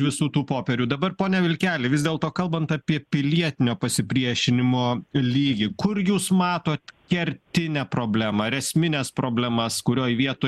visų tų popierių dabar pone vilkeli vis dėlto kalbant apie pilietinio pasipriešinimo lygį kur jūs matot kertinę problemą ar esmines problemas kurioj vietoj